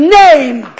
name